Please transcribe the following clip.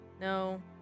no